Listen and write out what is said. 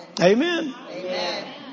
Amen